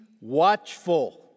watchful